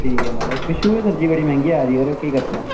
ठीक ऐ महाराज पिच्छुं गै सब्ज़ी बड़ी मैंहगी आवा दी ऐ केह् करचै